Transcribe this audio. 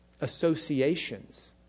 associations